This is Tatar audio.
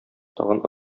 тагын